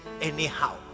anyhow